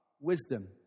wisdom